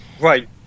Right